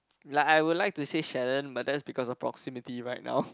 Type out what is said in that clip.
like I would like to say Sharon but that's because of proximity right now